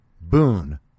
boon